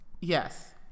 Yes